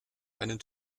einen